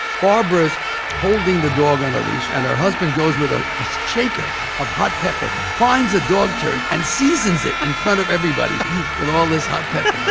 barbara's holding the dog on a leash. and her husband goes with ah a shaker of hot pepper, finds a dog turd and seasons it in front of everybody with all this hot pepper,